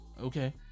okay